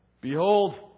Behold